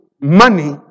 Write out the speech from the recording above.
money